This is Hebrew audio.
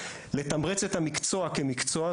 לתמרץ את המקצוע כמקצוע,